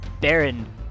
Baron